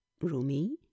Rumi